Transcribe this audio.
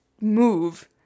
move